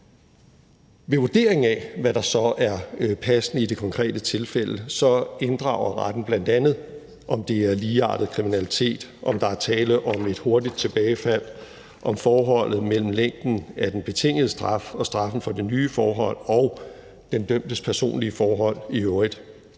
Ved vurderingen af, hvad der så er passende i det konkrete tilfælde, inddrager retten bl.a., om det er ligeartet kriminalitet, om der er tale om et hurtigt tilbagefald, om forholdet mellem længden af den betingede straf og straffen for det nye forhold, og den dømtes personlige forhold i øvrigt.